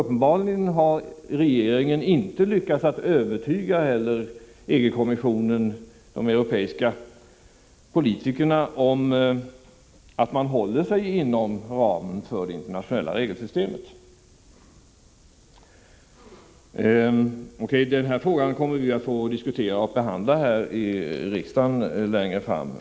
Uppenbarligen har inte heller regeringen lyckats övertyga EG-kommissionen och de europeiska politikerna om att man håller sig inom ramen för det internationella regelsystemet. Den här frågan kommer riksdagen att få tillfälle att behandla längre fram.